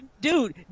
dude